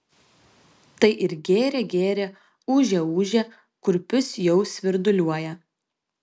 tai ir gėrė gėrė ūžė ūžė kurpius jau svirduliuoja